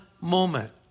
moment